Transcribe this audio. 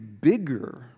bigger